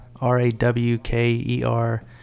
R-A-W-K-E-R